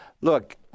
look